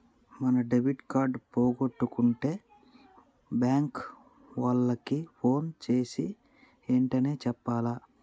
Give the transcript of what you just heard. మనం debit card పోగొట్టుకుంటే bank ఓళ్ళకి పోన్ జేసీ ఎంటనే చెప్పాల